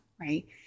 right